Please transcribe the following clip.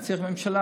אני צריך ממשלה,